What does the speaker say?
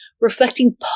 reflecting